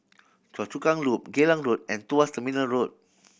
Choa Chu Kang Loop Geylang Road and Tuas Terminal Road